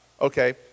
Okay